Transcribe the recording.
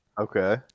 Okay